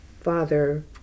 father